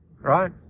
right